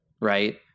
right